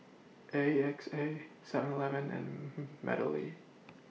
A X A Seven Eleven and Meadowlea